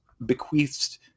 bequeathed